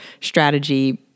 strategy